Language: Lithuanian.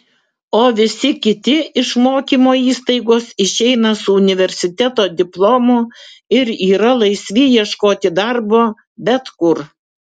o visi kiti iš mokymo įstaigos išeina su universiteto diplomu ir yra laisvi ieškoti darbo bet kur